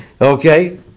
Okay